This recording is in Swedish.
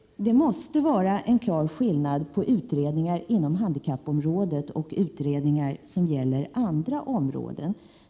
Herr talman! Det måste vara en klar skillnad mellan utredningar inom handikappområdet och utredningar som gäller andra områden.